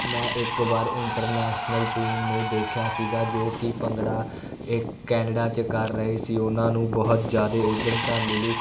ਮੈਂ ਇੱਕ ਵਾਰ ਇੰਟਰਨੈਸ਼ਨਲ ਟੀਮ ਨੂੰ ਦੇਖਿਆ ਸੀਗਾ ਜੋ ਕਿ ਭੰਗੜਾ ਇਹ ਕੈਨੇਡਾ 'ਚ ਕਰ ਰਹੇ ਸੀ ਉਹਨਾਂ ਨੂੰ ਬਹੁਤ ਜ਼ਿਆਦੇ ਉੱਦਮਤਾ ਮਿਲੀ